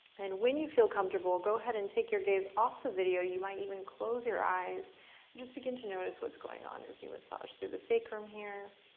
and when you feel comfortable, go ahead and take your gaze off the video, you might even close your eyes, and just begin to notice what's going on as you massage through the sacrum here.